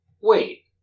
Wait